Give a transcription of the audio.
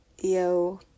yo